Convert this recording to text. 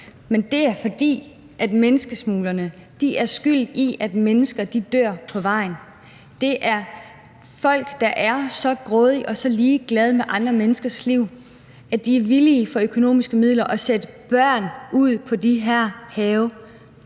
men det er, fordi menneskesmuglerne er skyld i, at mennesker dør på vejen. Det er folk, der er så grådige og så ligeglade med andre menneskers liv, at de er villige til for økonomisk vinding at sætte børn ud på de have.